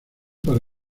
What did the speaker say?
para